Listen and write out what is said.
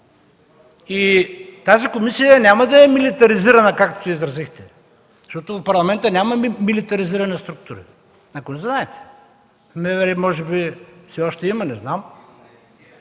Тази комисия няма да е милитаризирана, както се изразихте, защото в парламента няма милитаризирани структури, ако не знаете. В МВР може би все още има, не знам?!